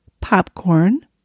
popcorn